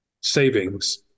savings